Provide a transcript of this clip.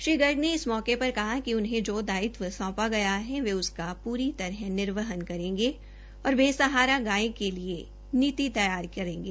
श्री गर्ग ने इस मौके पर कहा कि उन्हें जो दायित्व सौंपा है वे उसका प्री तरह निर्वहन करेंगे और बे सहारा गायो के लिए नीति तैयार करेंगे